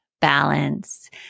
balance